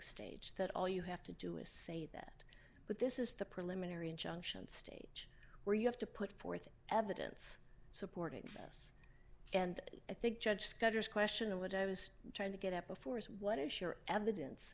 stage that all you have to do is say that but this is the preliminary injunction stage where you have to put forth evidence supporting this and i think judge scudder's question of what i was trying to get up before is what is your evidence